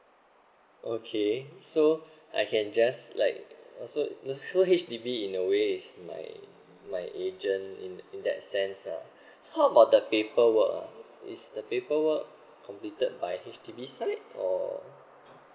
okay so I can just like so so H_D_B in a way is like my agent in that sense lah how about the paper work ah is the paperwork completed by H_D_B side or